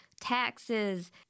taxes